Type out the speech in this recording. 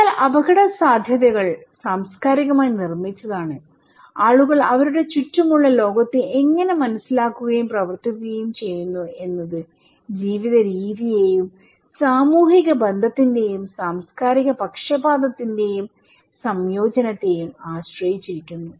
എന്നാൽ അപകടസാധ്യതകൾ സാംസ്കാരികമായി നിർമ്മിച്ചതാണ് ആളുകൾ അവരുടെ ചുറ്റുമുള്ള ലോകത്തെ എങ്ങനെ മനസ്സിലാക്കുകയും പ്രവർത്തിക്കുകയും ചെയ്യുന്നു എന്നത് ജീവിതരീതിയെയും സാമൂഹിക ബന്ധത്തിന്റെയും സാംസ്കാരിക പക്ഷപാതത്തിന്റെയും സംയോജനത്തെയും ആശ്രയിച്ചിരിക്കുന്നു